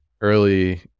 early